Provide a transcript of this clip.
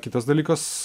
kitas dalykas